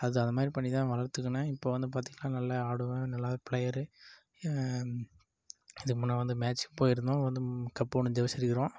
அது அது மாதிரி பண்ணிதான் வளர்த்துக்குனேன் இப்போ வந்து பார்த்திங்ன்னா நல்ல ஆடுவேன் நல்ல ப்ளேயரு இது முன்னே வந்து மேட்ச்க்கு போயிருந்தோம் வந்து கப் ஒன்று கொண்டாந்து வைச்சுக்கிறோம்